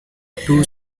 two